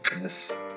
Yes